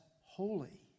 holy